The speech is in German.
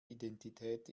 identität